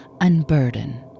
unburden